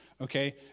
okay